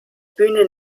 bühne